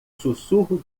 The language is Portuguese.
sussurro